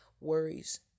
worries